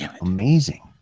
Amazing